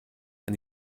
and